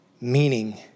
meaning